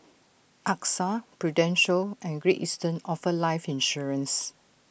Axa prudential and great eastern offer life insurance